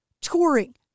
touring